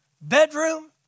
bedroom